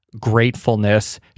gratefulness